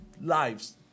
lives